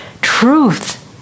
truth